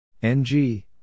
NG